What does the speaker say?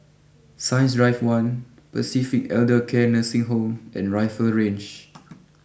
Science Drive one Pacific Elder care Nursing Home and Rifle Range